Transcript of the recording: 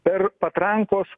per patrankos